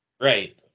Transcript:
Right